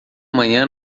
manhã